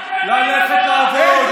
ללכת לעבוד,